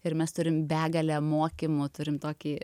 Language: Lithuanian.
ir mes turim begalę mokymų turim tokį